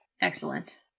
excellent